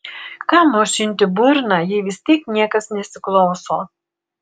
kam aušinti burną jei vis tiek niekas nesiklauso